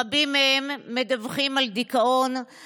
רבים מהם מדווחים על דיכאון,